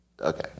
Okay